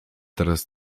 teraz